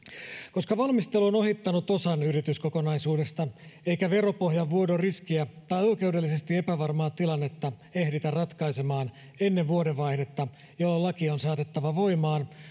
koska valmistelu on ohittanut osan yrityskokonaisuudesta eikä veropohjan vuodon riskiä tai oikeudellisesti epävarmaa tilannetta ehditä ratkaisemaan ennen vuodenvaihdetta jolloin laki on saatettava voimaan